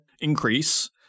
increase